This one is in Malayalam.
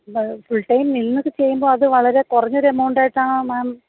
ഇത് ഫുൾടൈം നിന്നൊക്കെ ചെയ്യുമ്പോൾ അത് വളരെ കുറഞ്ഞൊരു എമൗണ്ടായിട്ടാണോ മേം